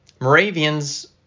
Moravians